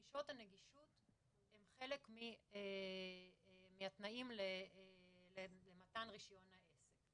הוכחות הנגישות הן חלק מהתנאים למתן רישיון העסק.